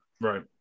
Right